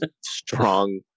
strong